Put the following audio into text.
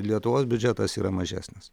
lietuvos biudžetas yra mažesnis